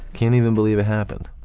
can't even believe it happened,